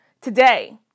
today